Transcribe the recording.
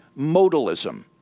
modalism